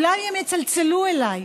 אולי הם יצלצלו אליי,